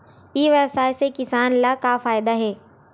ई व्यवसाय से किसान ला का फ़ायदा हे?